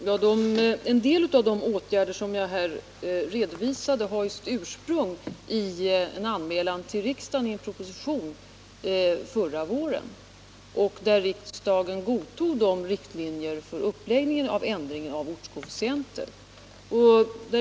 Herr talman! En del av de åtgärder som jag här redovisade har sin utgångspunkt i en anmälan till riksdagen i en proposition förra våren. Riksdagen godtog då riktlinjerna för uppläggningen av ändringen av ortskoefficienterna.